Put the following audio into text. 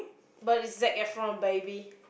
but it's Zac-Effron baby